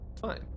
fine